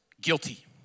guilty